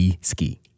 Ski